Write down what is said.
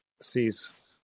sees